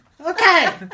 Okay